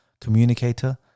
communicator